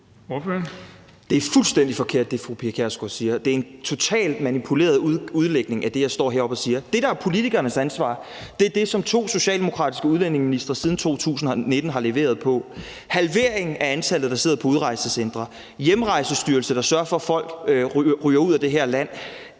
er fuldstændig forkert. Det er en totalt manipuleret udlægning af det, jeg står heroppe og siger. Det, der er politikernes ansvar, er det, som to socialdemokratiske udlændingeministre siden 2019 har leveret på: en halvering af antallet, der sidder på udrejsecentre; en Hjemrejsestyrelse, der sørger for, at folk ryger ud af det her land;